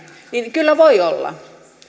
kyllä ne voivat olla